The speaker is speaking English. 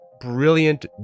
brilliant